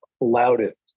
loudest